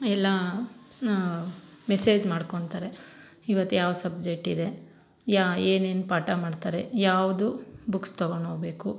ಎಲ್ಲ ಮೆಸೇಜ್ ಮಾಡ್ಕೊತಾರೆ ಇವತ್ತು ಯಾವ ಸಬ್ಜೆಟ್ಟಿದೆ ಯಾವ ಏನೇನು ಪಾಠ ಮಾಡ್ತಾರೆ ಯಾವುದು ಬುಕ್ಸ್ ತಗೊಣೋಗ್ಬೇಕು